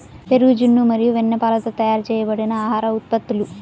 పెరుగు, జున్ను మరియు వెన్నపాలతో తయారు చేయబడిన ఆహార ఉత్పత్తులు